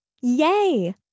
Yay